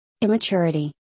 Immaturity